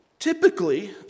Typically